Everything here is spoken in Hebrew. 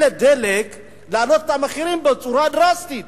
ל"דלק" להעלות את המחירים בצורה דרסטית,